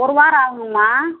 ஒரு வாரம் ஆகுங்கம்மா